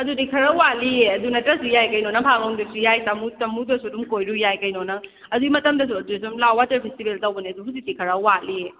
ꯑꯗꯨꯗꯤ ꯈꯔ ꯋꯥꯠꯂꯤꯌꯦ ꯑꯗꯨ ꯅꯠꯇ꯭ꯔꯁꯨ ꯌꯥꯏ ꯀꯩꯅꯣ ꯂꯝꯐꯥꯂꯣꯡꯗꯁꯨ ꯌꯥꯏ ꯇꯥꯃꯨ ꯇꯃꯨꯗꯁꯨ ꯑꯗꯨꯝ ꯀꯣꯏꯔꯨ ꯌꯥꯏ ꯀꯩꯅꯣ ꯅꯪ ꯑꯗꯨꯏ ꯃꯇꯝꯗꯁꯨ ꯑꯗꯨꯗ ꯑꯗꯨꯝ ꯂꯥꯛꯑꯣ ꯋꯥꯇꯔ ꯐꯦꯁꯇꯤꯚꯦꯜ ꯇꯧꯕꯅꯦ ꯑꯗꯨ ꯍꯧꯖꯤꯛꯇꯤ ꯈꯔꯥ ꯋꯥꯠꯂꯤꯌꯦ